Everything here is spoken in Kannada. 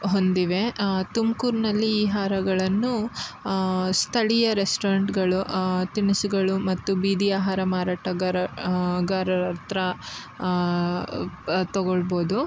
ಹೊಂದಿವೆ ತುಮ್ಕೂರಿನಲ್ಲಿ ಈ ಆಹಾರಗಳನ್ನು ಸ್ಥಳೀಯ ರೆಸ್ಟೋರೆಂಟುಗಳು ತಿನಿಸುಗಳು ಮತ್ತು ಬೀದಿ ಅಹಾರ ಮಾರಾಟಗಾರ ಗಾರರ ಹತ್ರ ತಗೊಳ್ಬೋದು